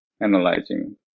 analyzing